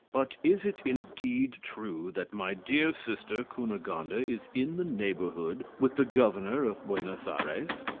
but is it, indeed, true that my dear sister cunegonde ah is in the neighbourhood, with the governor of buenos ayres?